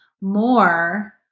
more